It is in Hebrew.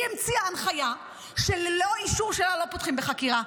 היא המציאה הנחייה שללא אישור שלה לא פותחים בחקירה.